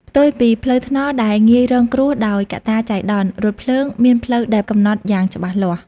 ផ្ទុយពីផ្លូវថ្នល់ដែលងាយរងគ្រោះដោយកត្តាចៃដន្យ រថភ្លើងមានផ្លូវដែលកំណត់យ៉ាងច្បាស់លាស់។